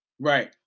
Right